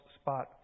spot